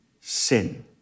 sin